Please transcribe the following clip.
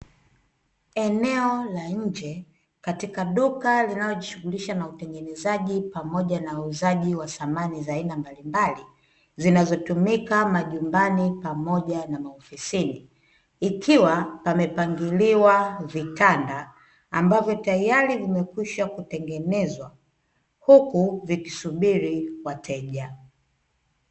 Eneo la nje katika duka linalojishughulisha na utengenezaji pamoja na uuzaji wa samani za aina mbalimbali zinazotumika majumbani pamoja na maofisini. Ikiwa pamepangiliwa vitanda ambavyo tayari vimekwisha kutengenezwa, huku vikisubiri wateja.